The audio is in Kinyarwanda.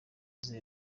maze